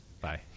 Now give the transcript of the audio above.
Bye